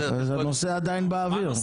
הנושא עדיין באוויר.